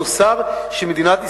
המוסר של מדינת ישראל.